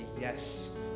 yes